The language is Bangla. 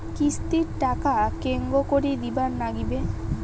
কিস্তির টাকা কেঙ্গকরি দিবার নাগীবে?